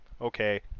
okay